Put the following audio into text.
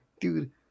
dude